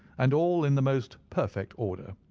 and all in the most perfect order.